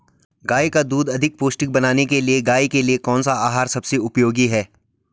गाय का दूध अधिक पौष्टिक बनाने के लिए गाय के लिए कौन सा आहार सबसे उपयोगी है?